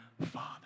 Father